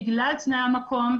בגלל תנאי המקום,